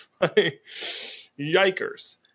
Yikers